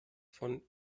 von